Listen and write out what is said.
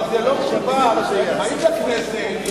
אבל זה לא מקובל שבאים לכנסת,